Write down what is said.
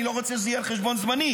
אני לא רוצה שזה יהיה על חשבון זמני.